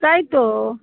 তাই তো